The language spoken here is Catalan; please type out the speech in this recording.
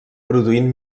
produint